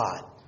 God